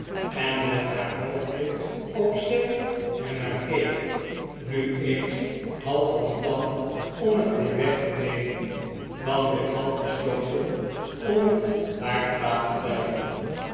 en met haar hoofdje op zij er naar keek nu eens half van plan om het weer weg te nemen dan weer half besloten om het daar te laten blijven